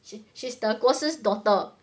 she she's the 国师 daughter